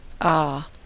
Ah